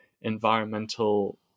environmental